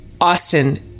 Austin